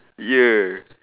yeah